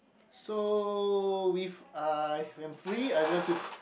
so with uh I'm free I want to